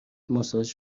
ماساژ